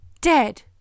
dead